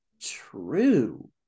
true